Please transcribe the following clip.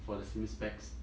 for the same specs